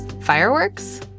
Fireworks